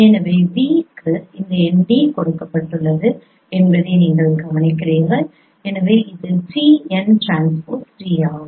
எனவே vக்கு இந்த n d கொடுக்கப்பட்டுள்ளது என்பதை நீங்கள் கவனிக்கிறீர்கள் எனவே இது t n ட்ரான்ஸ்போஸ் d ஆகும்